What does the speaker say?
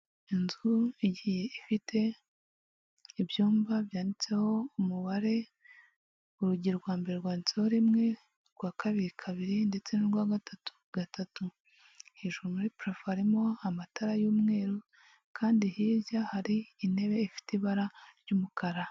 Inzu igiye ifite ibyumba byanditseho umubare, urugi rwa mbere rwanditseho rimwe, urwa kabiri kabiri, ndetse n'urwa gatatu, hejuru muri purafo harimo amatara y'umweru kandi hirya hari intebe ifite ibara ry'umukara.